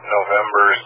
November